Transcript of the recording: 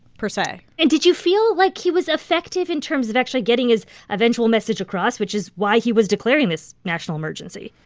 per se and did you feel like he was effective in terms of actually getting his eventual message across, which is why he was declaring this national emergency?